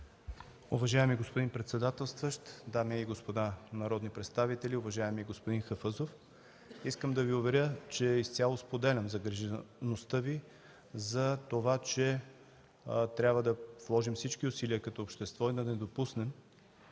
Уважаеми господин председателстващ, дами и господа народни представители! Уважаеми господин Хафъзов, искам да Ви уверя, че изцяло споделям загрижеността Ви за това, че трябва да вложим всички усилия като общество и да не допуснем